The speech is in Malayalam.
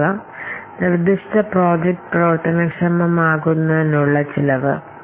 അതിനാൽ ഓപ്പറേറ്റിംഗ് സിസ്റ്റത്തിനുള്ള ചിലവിന് ശേഷം ഇൻസ്റ്റാളേഷന് ശേഷം ഇത് പ്രവർത്തിപ്പിക്കുന്നതിന് നമ്മൾ ചിലവ് നൽകേണ്ടിവരും